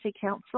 Council